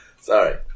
Sorry